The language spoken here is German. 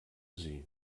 sie